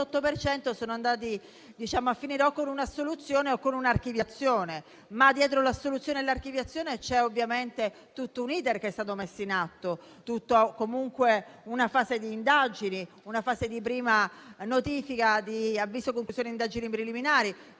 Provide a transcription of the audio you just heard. per cento è andato a finire o con un'assoluzione o con un'archiviazione. Ma dietro l'assoluzione e l'archiviazione c'è ovviamente tutto un *iter* che è stato messo in atto, una fase di indagini, una fase di prima notifica, di avviso di conclusione di indagini preliminari.